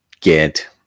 get